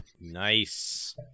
Nice